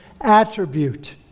attribute